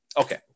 Okay